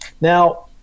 Now